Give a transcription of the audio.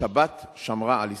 השבת שמרה על ישראל.